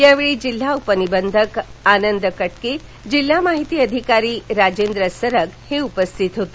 यावेळी जिल्हाम उपनिबंधक आनंद कटके जिल्हाय माहिती अधिकारी राजेंद्र सरग उपस्थित होते